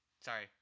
sorry